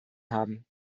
haben